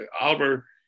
Oliver